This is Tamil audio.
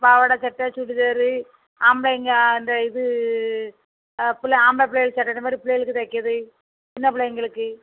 பாவாடைச் சட்டை சுடிதாரு ஆம்பளைங்க அந்த இது பிள்ள ஆம்பளை பிள்ளைங்களுக்கு சட்டை அந்தமாதிரி பிள்ளைகளுக்கு தைக்கிறது சின்ன பிள்ளைங்களுக்கு